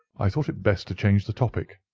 i thought it best to change the topic.